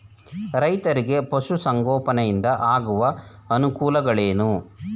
ರೈತರಿಗೆ ಪಶು ಸಂಗೋಪನೆಯಿಂದ ಆಗುವ ಅನುಕೂಲಗಳೇನು?